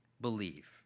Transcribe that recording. believe